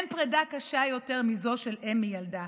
אין פרידה קשה מזו של אם מילדה.